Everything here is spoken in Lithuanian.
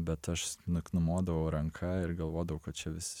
bet aš nuk numodavau ranka ir galvodavau kad čia vis